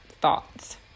thoughts